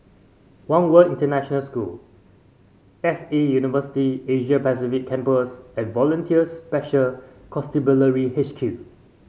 One World International School X A University Asia Pacific Campus and Volunteer Special Constabulary H Q